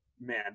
man